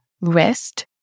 rest